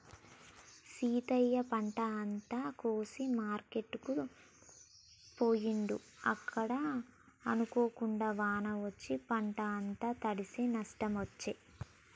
సీతయ్య పంట అంత కోసి మార్కెట్ కు పోయిండు అక్కడ అనుకోకుండా వాన వచ్చి పంట అంత తడిశె నష్టం వచ్చే